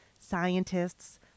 Scientists